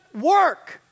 work